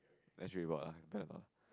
then she'll be bored lah